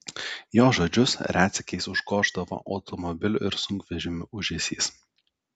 jo žodžius retsykiais užgoždavo automobilių ir sunkvežimių ūžesys